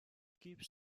keeps